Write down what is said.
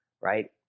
right